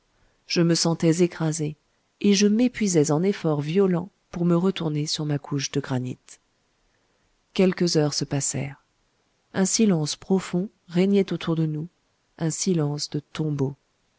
je me sentais écrasé et je m'épuisais en efforts violents pour me retourner sur ma couche de granit quelques heures se passèrent un silence profond régnait autour de nous un silence de tombeau